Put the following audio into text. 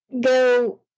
go